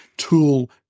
Tool